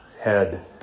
head